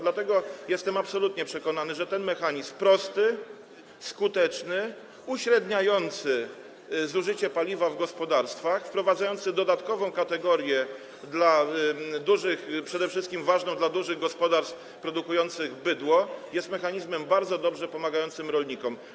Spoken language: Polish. Dlatego jestem absolutnie przekonany, że ten mechanizm, prosty, skuteczny, uśredniający zużycie paliwa w gospodarstwach, wprowadzający dodatkową kategorię dla dużych gospodarstw, przede wszystkim ważną dla dużych gospodarstw produkujących bydło, jest mechanizmem bardzo dobrze pomagającym rolnikom.